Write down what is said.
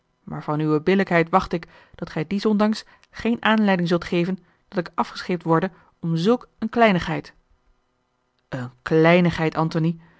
maar van uwe billijkheid wacht ik dat gij dies ondanks geen aanleiding zult geven dat ik afgescheept worde om zulk eene kleinigheid eene kleinigheid antony